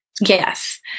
Yes